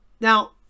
Now